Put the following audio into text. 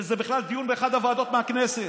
וזה בכלל דיון באחת הוועדות בכנסת,